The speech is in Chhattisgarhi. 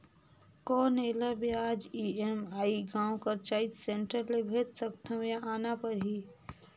कौन एला ब्याज ई.एम.आई गांव कर चॉइस सेंटर ले भेज सकथव या आना परही?